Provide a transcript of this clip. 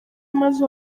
maze